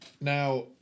Now